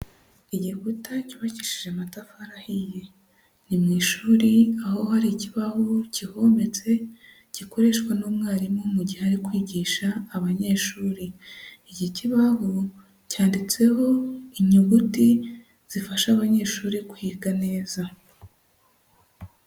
Igikuta cyubakishije amatafari ahiye, ni mu ishuri aho hari ikibaho kihometse gikoreshwa n'umwarimu mu gihe ari kwigisha abanyeshuri. Iki kibaho cyanditseho inyuguti zifasha abanyeshuri kwiga neza.